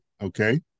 Okay